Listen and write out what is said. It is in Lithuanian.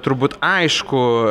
turbūt aišku